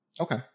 Okay